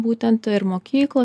būtent ir mokyklos